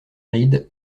rides